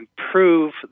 improve